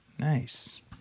Nice